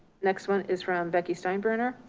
next one is from becky steinbrenner.